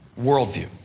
worldview